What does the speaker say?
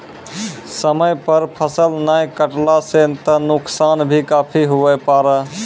समय पर फसल नाय कटला सॅ त नुकसान भी काफी हुए पारै